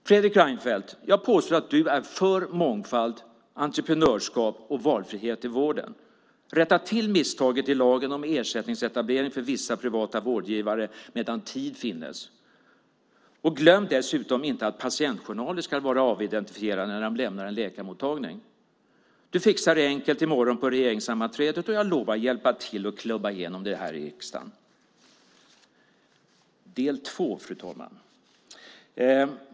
Fredrik Reinfeldt, jag påstår att du är för mångfald, entreprenörskap och valfrihet i vården. Rätta till misstaget i lagen om ersättningsetablering för vissa privata vårdgivare medan tid finnes! Glöm dessutom inte att patientjournaler ska vara avidentifierade när de lämnar en läkarmottagning! Du fixar det enkelt i morgon på regeringssammanträdet, och jag lovar att hjälpa till att klubba igenom det här i riksdagen. Fru talman! Nu kommer del två.